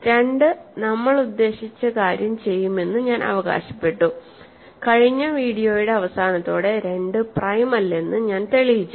2 നമ്മൾ ഉദ്ദേശിച്ച കാര്യം ചെയ്യുമെന്ന് ഞാൻ അവകാശപ്പെട്ടു കഴിഞ്ഞ വീഡിയോയുടെ അവസാനത്തോടെ 2 പ്രൈം അല്ലെന്ന് ഞാൻ തെളിയിച്ചു